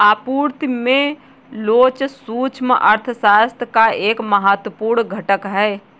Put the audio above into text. आपूर्ति में लोच सूक्ष्म अर्थशास्त्र का एक महत्वपूर्ण घटक है